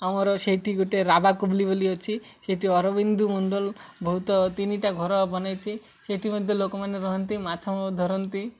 ଆମର ସେଇଠି ଗୋଟେ ରାବା କୁବଲି ବୋଲି ଅଛି ସେଠି ଅରବିନ୍ଦୁ ମଣ୍ଡଳ ବହୁତ ତିନିଟା ଘର ବନାଇଛିି ସେଠି ମଧ୍ୟ ଲୋକମାନେ ରହନ୍ତି ମାଛ ଧରନ୍ତି